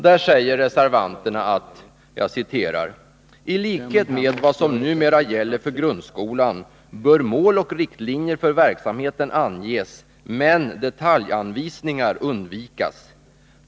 Där säger reservanterna: ”I likhet med vad som numera gäller för grundskolan bör mål och riktlinjer för verksamheten anges, men detaljanvisningar undvikas.